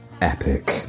Epic